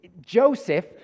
Joseph